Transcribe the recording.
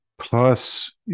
Plus